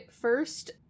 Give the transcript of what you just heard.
first